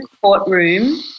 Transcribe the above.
courtroom